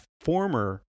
former